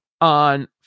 on